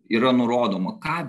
yra nurodoma ką